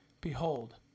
Behold